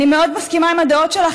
אני מאוד מסכימה לדעות שלך,